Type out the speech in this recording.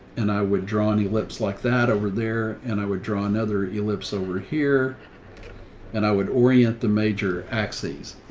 and i would draw any lips like that over there. and i would draw another ellipse over here and i would orient the major axes.